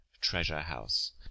treasure-house